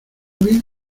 bien